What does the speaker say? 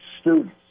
students